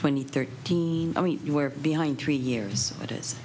twenty thirteen i mean you were behind three years it